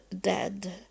dead